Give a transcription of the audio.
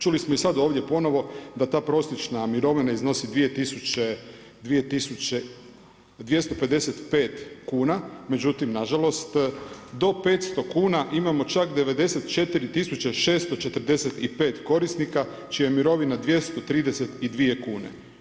Čuli smo i sad ovdje ponovo da ta prosječna mirovina iznosi 2 tisuće 255 kuna, međutim na žalost do 500 kuna imamo čak 94645 korisnika čije je mirovina 232 kune.